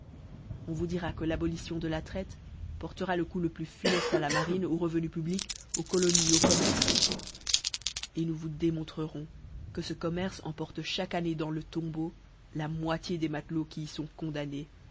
on vous dira que l'abolition de la traite portera le coup le plus funefte à la marine au revenu public aux colonies au commerce et nous vous démontrerons que ce commerce emporte chaque année dans le tombeau la moitié des matelots qui y font cpndamnés